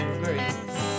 grace